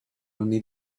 only